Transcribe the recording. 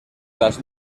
las